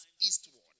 eastward